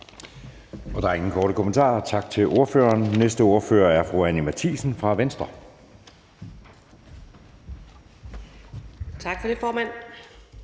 Der er ingen korte bemærkninger. Tak til ordføreren. Næste ordfører er fru Anni Matthiesen fra Venstre. Kl. 19:17 (Ordfører)